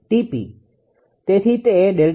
તેથી તે છે